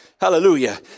hallelujah